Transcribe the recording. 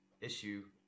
issue